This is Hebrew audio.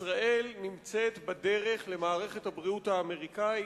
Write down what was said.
ישראל נמצאת בדרך למערכת הבריאות האמריקנית,